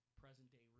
present-day